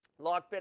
Lockbit